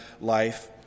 life